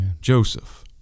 Joseph